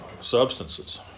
substances